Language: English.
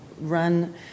run